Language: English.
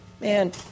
Man